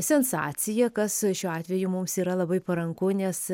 sensaciją kas šiuo atveju mums yra labai paranku nes